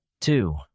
two